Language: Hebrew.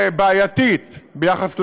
בעייתית ביחס לעולם,